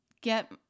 get